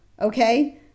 Okay